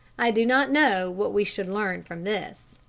i do not know what we should learn from this.